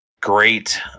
great